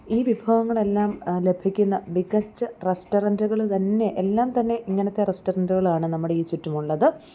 ഈ വിഭവങ്ങളെല്ലാം ലഭിക്കുന്ന മികച്ച റെസ്റ്റോറൻറ്റുകൾ തന്നെ എല്ലാം തന്നെ ഇങ്ങനത്തെ റെസ്റ്റോറൻറ്റുകളാണ് നമ്മുടെ ഈ ചുറ്റുമുള്ളത്